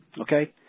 Okay